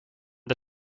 the